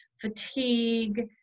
fatigue